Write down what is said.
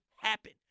happen